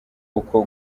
uku